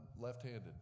left-handed